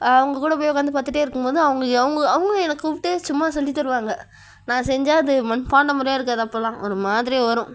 அவங்கள் கூட போய் உட்காந்து பார்த்துட்டே இருக்கும் போது அவங்க அவங்க அவங்க எனக்கு கூப்பிட்டு சும்மா செஞ்சு தருவாங்க நான் செஞ்சால் அது மண் பாண்டம் மாதிரியே இருக்காது அப்போல்லாம் ஒரு மாதிரி வரும்